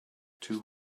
two